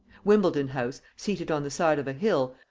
wimbledon-house, seated on the side of a hill,